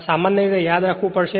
આ સામાન્ય રીતે યાદ રાખવું પડશે